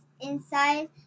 inside